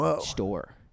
store